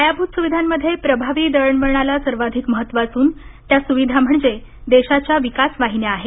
पायाभूत सुविधांमध्ये प्रभावी दळणवळणाला सर्वाधिक महत्त्व असून त्या सुविधा म्हणजे देशाच्या विकासवाहिन्या आहेत